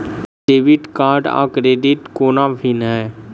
Debit card आ credit कोना भिन्न है?